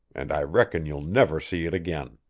and i reckon you'll never see it again.